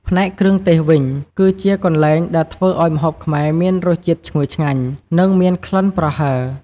ផ្នែកគ្រឿងទេសវិញ គឺជាកន្លែងដែលធ្វើឱ្យម្ហូបខ្មែរមានរសជាតិឈ្ងុយឆ្ងាញ់ និងមានក្លិនប្រហើរ។